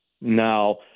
Now